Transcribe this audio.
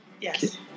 yes